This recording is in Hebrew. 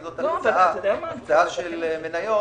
אם זו הנפקה של מניות